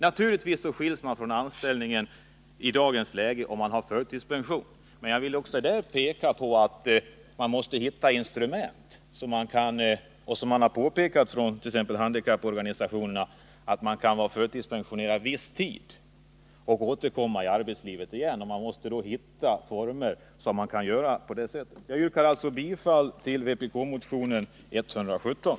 Naturligtvis skiljs man i dagens läge från anställningen om man har förtidspension. Men handikapporganisationerna har påpekat att man kan vara förtidspensionerad viss tid och sedan återkomma till arbetslivet. Och jag vill här poängtera att vi måste hitta instrument för att underlätta denna återgång till arbetslivet. Jag yrkar bifall till vpk-motionen 117.